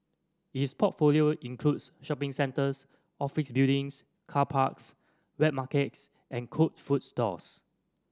its portfolio includes shopping centres office buildings car parks wet markets and cooked food stalls